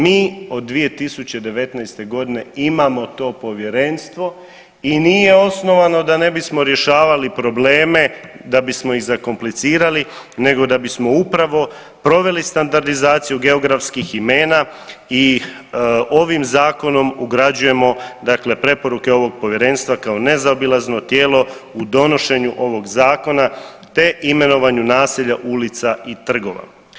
Mi od 2019.g. imamo to povjerenstvo i nije osnovano da ne bismo rješavali probleme, da bismo ih zakomplicirali nego da bismo upravo proveli standardizaciju geografskih imena i ovim zakonom ugrađujemo dakle preporuke ovog povjerenstva kao nezaobilazno tijelo u donošenju ovog zakona, te imenovanju naselja, ulica i trgova.